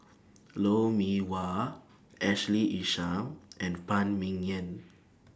Lou Mee Wah Ashley Isham and Phan Ming Yen